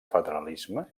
federalisme